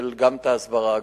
גם של ההסברה,